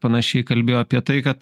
panašiai kalbėjo apie tai kad